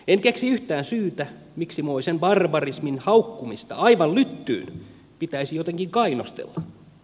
en keksi yhtään syytä miksi moisen barbarismin haukkumista aivan lyttyyn pitäisi jotenkin kainostella